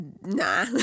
nah